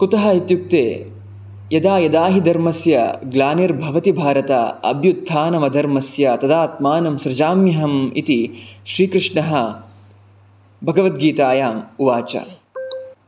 कुतः इत्युक्ते यदा यदा हि धर्मस्य ग्लानिर्भवति भारत अभ्यु त्थानमधर्मस्य तदात्मानं सृजाम्यहम् इति श्रीकृष्णः भगवद्गीतायाम् उवाच